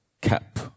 cap